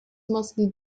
mostly